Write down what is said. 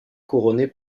couronné